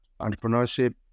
entrepreneurship